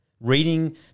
reading